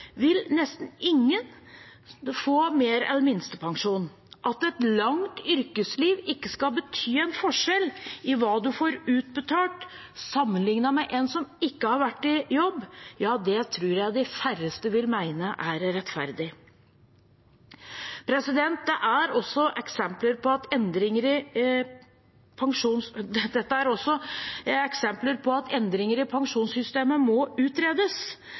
vil nesten ingen få mer enn minstepensjon. At et langt yrkesliv ikke skal bety en forskjell i hva man får utbetalt, sammenliknet med en som ikke har vært i jobb, tror jeg de færreste vil mene er rettferdig. Dette er også eksempler på at endringer i pensjonssystemet må utredes. Derfor mener vi at dette må gjennomgås, og derfor har vi støttet at